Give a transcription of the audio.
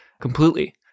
completely